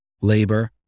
labor